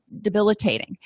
debilitating